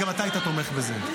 גם אתה היית תומך בזה.